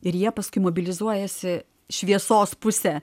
ir jie paskui mobilizuojasi šviesos pusę